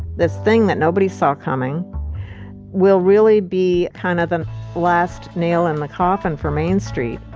this thing that nobody saw coming will really be kind of the last nail in the coffin for main street.